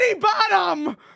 bottom